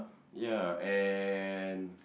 ya and